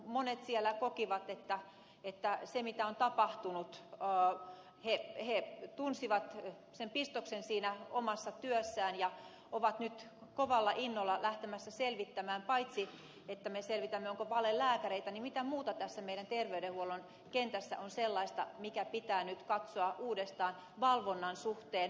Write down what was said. monet siellä on kiva tietää että se mitä on tapahtunut miehet tunsivat tapahtuneesta pistoksen omassa työssään ja ovat nyt kovalla innolla lähtemässä selvittämään paitsi valelääkäreitä niin sitä mitä muuta tässä meidän terveydenhuollon kentässä on sellaista mikä pitää nyt katsoa uudestaan valvonnan suhteen